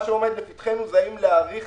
מה שעומד לפתחנו זה האם להאריך